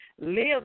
live